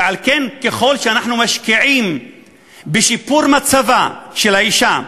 ועל כן, ככל שאנחנו משקיעים בשיפור מצבה של האישה,